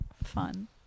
fun